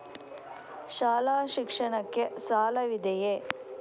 ಶಾಲಾ ಶಿಕ್ಷಣಕ್ಕೆ ಸಾಲವಿದೆಯೇ?